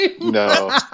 No